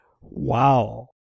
Wow